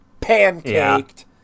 Pancaked